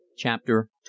Chapter